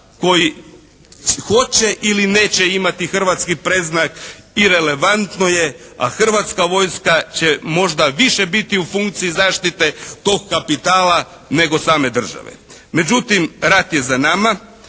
koji hoće ili neće imati hrvatski predznak i relevantno je, a hrvatska vojska će možda više biti u funkciji zaštite tog kapitala nego same države. Međutim, rat je za nama.